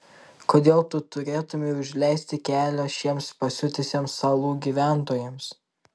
kodėl tu turėtumei užleisti kelio šiems pasiutusiems salų gyventojams